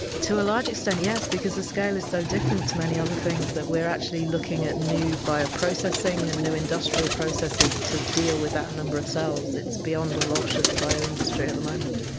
to a large extent yes, because the scale is so different to many other things that we're actually looking at new bio-processing and new industrial processes to deal with that number of cells. it's beyond a lot of the bio industry at the moment.